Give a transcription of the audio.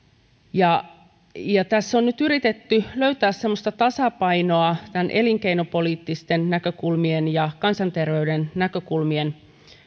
tässä on nyt yritetty löytää tasapainoa elinkeinopoliittisten näkökulmien ja kansanterveyden näkökulmien